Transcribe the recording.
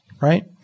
right